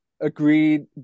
agreed